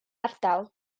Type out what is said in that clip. ardal